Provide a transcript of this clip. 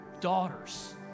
daughters